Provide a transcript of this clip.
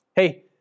Hey